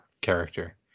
character